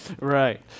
Right